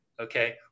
Okay